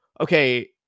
okay